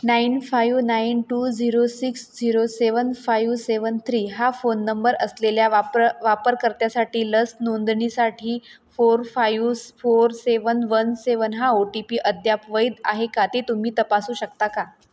nine five nine two zero six zero seven five seven three हा phone number असलेल्या वाप्र वापरकर्त्यासाठी लस नोंदणीसाठी four five four seven one seven हा ओ टी पी अद्याप वैध आहे का ते तुम्ही तपासू शकता का